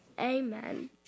Amen